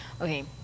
Okay